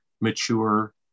mature